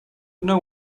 know